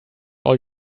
all